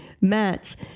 MATS